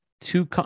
two